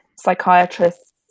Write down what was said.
psychiatrists